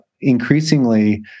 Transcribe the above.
increasingly